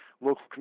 local